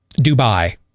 Dubai